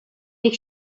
пек